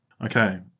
Okay